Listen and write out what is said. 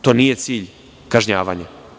To nije cilj kažnjavanja.